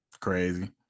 crazy